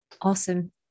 Awesome